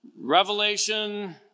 Revelation